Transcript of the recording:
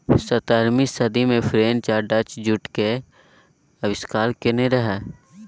सतरहम सदी मे फ्रेंच आ डच जुटक आविष्कार केने रहय